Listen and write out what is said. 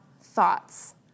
thoughts